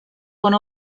one